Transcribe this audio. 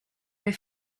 les